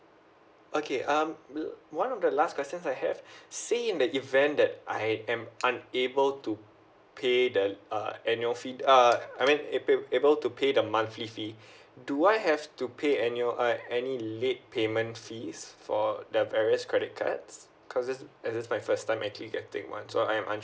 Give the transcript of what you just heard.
okay um one of the last questions I have say in the event that I am unable to pay the uh annual fee uh I mean unable to pay the monthly fee do I have to pay annual err any late payment fee for the various credit cards cause it's this my first time actually getting one so I'm I'm